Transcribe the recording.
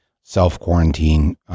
self-quarantine